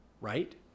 right